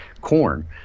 corn